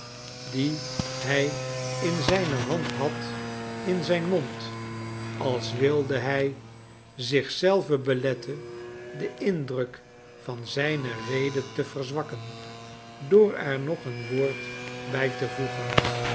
dien hij in zijne hand had in zijn mond als wilde hij zich zelven beletten den indruk van zijne rede te verzwakken door er nog een woord bij te voegen